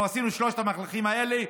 אנחנו עשינו את שלושת המהלכים האלה,